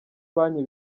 banki